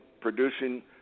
producing